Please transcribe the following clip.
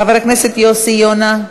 חבר הכנסת יוסי יונה,